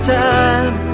time